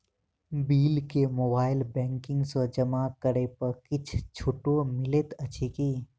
Bill केँ mobile banking सँ जमा करै पर किछ छुटो मिलैत अछि की?